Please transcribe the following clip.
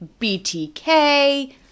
BTK